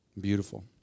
Beautiful